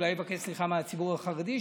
אולי יבקש סליחה מהציבור החרדי,